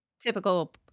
typical